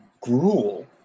gruel